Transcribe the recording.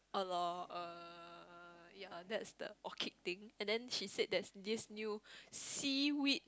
a lot uh yeah that's the orchid thing and then she said that there's this new seaweed